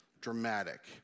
dramatic